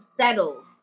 settles